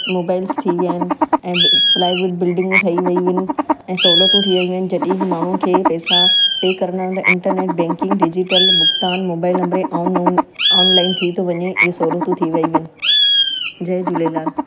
mobiles थी विया आहिनि ऐं फ्लाइवुड बिल्डिंगू ठही वियूं आहिनि ऐं सहूलियतूं थी वियूं आहिनि जॾहिं माण्हुनि खे पेसा पे करणा हूंदा आहिनि इंटरनैट बैंकिंग डिजिटल भुगतान मोबाइल नंबरे ऑनलाउन ऑनलाइन थी थो वञे इहे सहूलियतूं थी वियूं आहिनि जय झूलेलाल